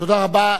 תודה רבה.